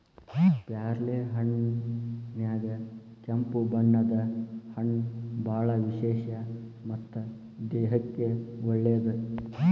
ಪ್ಯಾರ್ಲಹಣ್ಣಿನ್ಯಾಗ ಕೆಂಪು ಬಣ್ಣದ ಹಣ್ಣು ಬಾಳ ವಿಶೇಷ ಮತ್ತ ದೇಹಕ್ಕೆ ಒಳ್ಳೇದ